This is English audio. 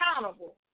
accountable